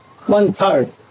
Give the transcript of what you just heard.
one-third